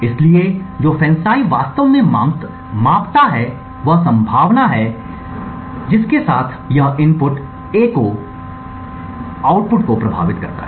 इसलिए जो FANCI वास्तव में मापता है वह संभावना है जिसके साथ यह इनपुट A आउटपुट को प्रभावित करता है